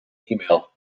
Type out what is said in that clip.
email